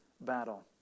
battle